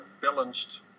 balanced